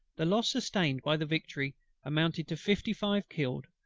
the loss sustained by the victory amounted to fifty-five killed,